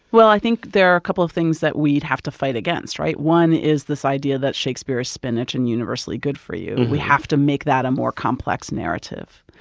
well, i think there are a couple of things that we'd have to fight against, right? one is this idea that shakespeare is spinach and universally good for you. we have to make that a more complex narrative.